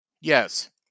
Yes